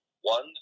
one